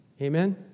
Amen